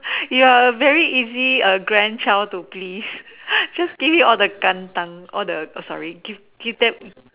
ya very easy grandchild to please just give him all the kantang all the sorry give give them